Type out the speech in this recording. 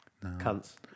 cunts